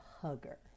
hugger